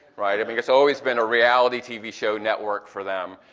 right? i mean it's always been a reality tv show network for them.